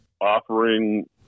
offering